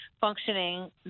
functioning